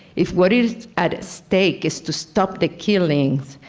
if what is at stake is to stop the killings,